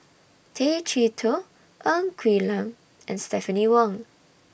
Tay Chee Toh Ng Quee Lam and Stephanie Wong